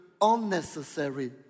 unnecessary